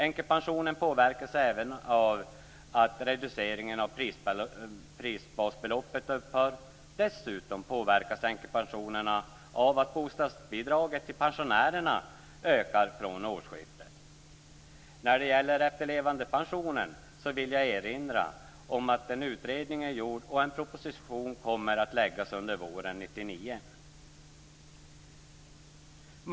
Änkepensionen påverkas även av att reduceringen av prisbasbeloppet upphör. Dessutom påverkas änkepensionen av att bostadsbidraget till pensionärer ökar från årsskiftet. När det gäller efterlevandepensionen vill jag erinra om att en utredning är gjord och att en proposition kommer att läggas fram under våren 1999.